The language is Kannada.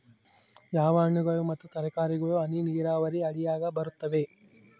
ಯಾವ ಹಣ್ಣುಗಳು ಮತ್ತು ತರಕಾರಿಗಳು ಹನಿ ನೇರಾವರಿ ಅಡಿಯಾಗ ಬರುತ್ತವೆ?